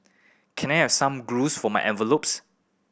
can I have some glues for my envelopes